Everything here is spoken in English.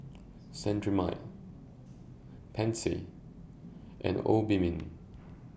Cetrimide Pansy and Obimin